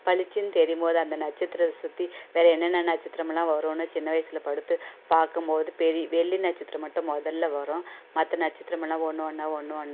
பளிச்சின்னு தெரியும் போது அந்த நட்சத்திரம் சுற்றி வேறு என்னென்ன நட்சத்திரமெலாம் வரும்னு சின்ன வயசில் படுத்து பார்க்கும் போது பெரிய வெள்ளி நட்சத்திரம் மட்டும் மொதலில் வரும் மற்ற நட்சத்திரமெலாம் ஒன்று ஒன்றா ஒன்று ஒன்றா